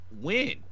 win